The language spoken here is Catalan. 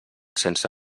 sense